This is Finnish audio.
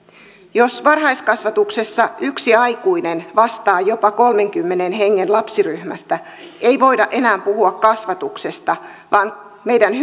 jos varhaiskasvatuksessa yksi aikuinen vastaa jopa kolmenkymmenen hengen lapsiryhmästä ei voida enää puhua kasvatuksesta vaan meidän